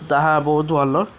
ତାହା ବହୁତ ଭଲ